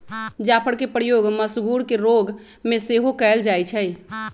जाफरके प्रयोग मसगुर के रोग में सेहो कयल जाइ छइ